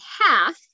half